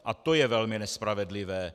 A to je velmi nespravedlivé.